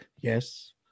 yes